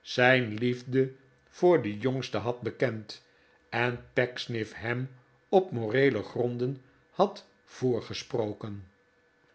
zijn liefde voor de jongste had bekend en pecksniff hem op moreele gronden had voorgesproken